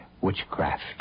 Witchcraft